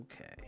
okay